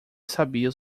sabia